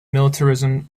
militarism